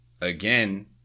again